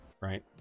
Right